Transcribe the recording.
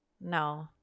No